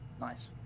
Nice